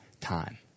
time